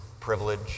privilege